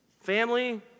family